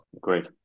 Great